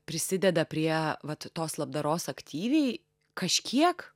prisideda prie vat tos labdaros aktyviai kažkiek